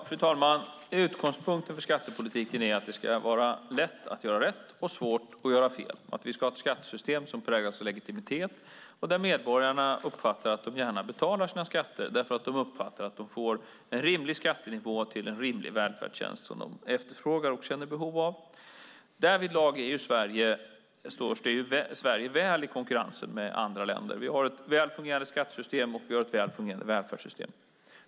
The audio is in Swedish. Fru talman! Utgångspunkten för skattepolitiken är att det ska vara lätt att göra rätt och svårt att göra fel och att vi ska ha ett skattesystem som präglas av legitimitet och där medborgarna uppfattar att de gärna betalar sina skatter därför att de uppfattar att de får en rimlig skattenivå för en rimlig välfärdstjänst som de efterfrågar och känner behov av. Därvidlag står sig Sverige väl i konkurrensen med anda länder. Vi har ett väl fungerande skattesystem, och vi har ett väl fungerande välfärdssystem.